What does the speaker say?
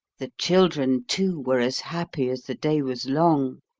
the children, too, were as happy as the day was long.